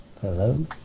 Hello